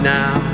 now